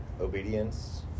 obedience